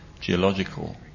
geological